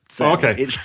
Okay